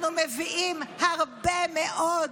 אנחנו מביאים הרבה מאוד